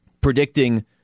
predicting